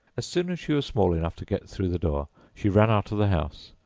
as soon as she was small enough to get through the door, she ran out of the house,